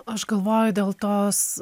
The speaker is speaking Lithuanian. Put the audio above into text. aš galvoju dėl tos